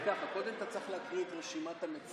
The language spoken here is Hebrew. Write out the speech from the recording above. היא אומרת ככה: קודם אתה צריך להקריא את רשימת המציעים,